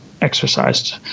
exercised